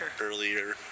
earlier